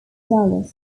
dallas